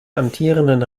amtierenden